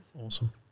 Awesome